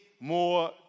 more